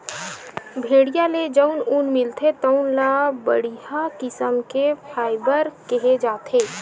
भेड़िया ले जउन ऊन मिलथे तउन ल बड़िहा किसम के फाइबर केहे जाथे